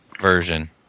version